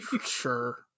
Sure